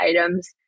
items